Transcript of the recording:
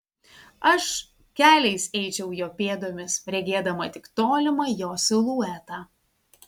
aš keliais eičiau jo pėdomis regėdama tik tolimą jo siluetą